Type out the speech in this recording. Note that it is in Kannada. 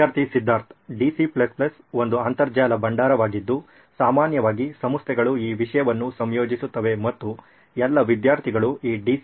ವಿದ್ಯಾರ್ಥಿ ಸಿದ್ಧಾರ್ಥ DC ಒಂದು ಅಂತರ್ಜಾಲ ಭಂಡಾರವಾಗಿದ್ದು ಸಾಮಾನ್ಯವಾಗಿ ಸಂಸ್ಥೆಗಳು ಈ ವಿಷಯವನ್ನು ಸಂಯೋಜಿಸುತ್ತವೆ ಮತ್ತು ಎಲ್ಲಾ ವಿದ್ಯಾರ್ಥಿಗಳು ಈ D